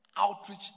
Outreach